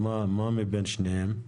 מה מבין שניהם?